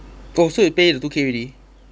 oh so you pay the two K already